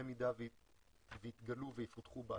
במידה ויתגלו ויפותחו בעתיד.